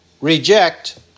reject